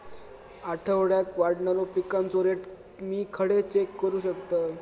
आठवड्याक वाढणारो पिकांचो रेट मी खडे चेक करू शकतय?